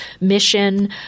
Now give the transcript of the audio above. mission